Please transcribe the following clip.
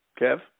Kev